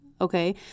Okay